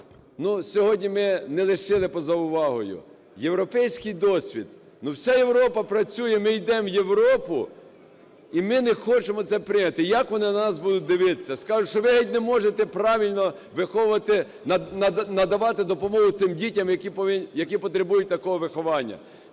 ну, сьогодні ми не лишили поза увагою. Європейський досвід, ну вся Європа працює, ми йдемо в Європу і ми не хочемо це прийняти. Як вони на нас будуть дивитися? Скажуть, що ви не можете правильно виховувати, надавати допомогу цим дітям, які потребують такого виховання.